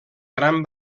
gran